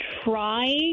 try